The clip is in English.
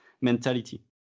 mentality